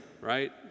right